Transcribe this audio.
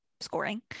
scoring